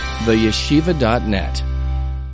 theyeshiva.net